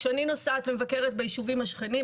כשאני נוסעת ומבקרת בישובים השכנים,